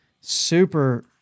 super